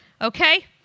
Okay